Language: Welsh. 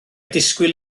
disgwyl